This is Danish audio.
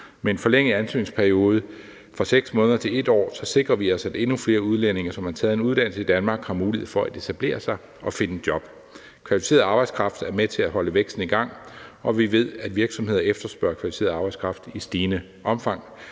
Med en forlænget ansøgningsperiode fra 6 måneder til 1 år sikrer vi os, at endnu flere udlændinge, som har taget en uddannelse i Danmark, har mulighed for at etablere sig og finde job. Kvalificeret arbejdskraft er med til at holde væksten i gang, og vi ved, at virksomheder efterspørger kvalificeret arbejdskraft i stigende omfang.